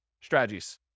strategies